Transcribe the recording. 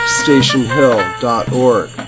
stationhill.org